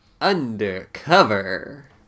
undercover